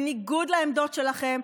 בניגוד לעמדות שלכם.